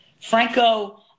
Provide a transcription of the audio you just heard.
Franco